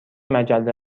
مجله